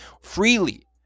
freely